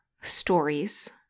stories